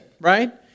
right